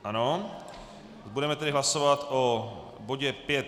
Ano, budeme tedy hlasovat o bodě 5.1.